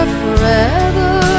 forever